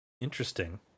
Interesting